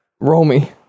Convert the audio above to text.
Romy